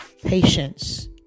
patience